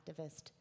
activist